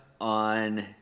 on